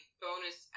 bonus